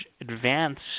advanced